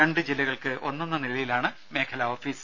രണ്ട് ജില്ലകൾക്ക് ഒന്നെന്ന നിലയിലാണ് മേഖലാ ഓഫീസ്